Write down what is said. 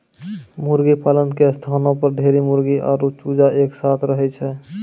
मुर्गीपालन के स्थानो पर ढेरी मुर्गी आरु चूजा एक साथै रहै छै